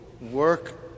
work